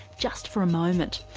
just for a moment.